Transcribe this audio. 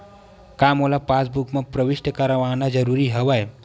का मोला पासबुक म प्रविष्ट करवाना ज़रूरी हवय?